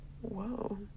Whoa